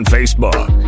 Facebook